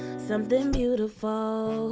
something beautiful